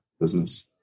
business